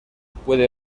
puede